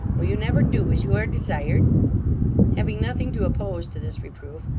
will you never do as you are desired having nothing to oppose to this reproof,